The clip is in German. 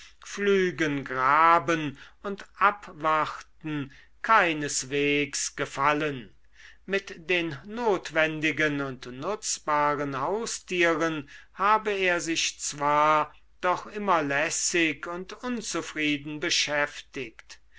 pflügen graben und abwarten keineswegs gefallen mit den notwendigen und nutzbaren haustieren habe er sich zwar doch immer lässig und unzufrieden beschäftigt